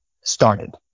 started